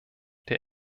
der